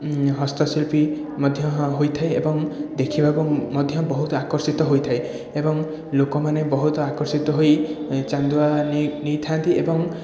ହସ୍ତଶିଳ୍ପୀ ମଧ୍ୟ ହୋଇଥାଏ ଏବଂ ଦେଖିବାକୁ ମଧ୍ୟ ବହୁତ ଆକର୍ଷିତ ହୋଇଥାଏ ଏବଂ ଲୋକମାନେ ବହୁତ ଆକର୍ଷିତ ହୋଇ ଚାନ୍ଦୁଆ ନେଇ ନେଇଥାନ୍ତି ଏବଂ